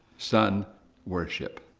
sun worship.